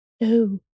No